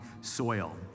soil